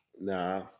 Nah